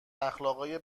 اخلاقای